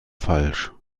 falsch